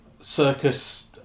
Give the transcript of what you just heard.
circus